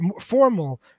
formal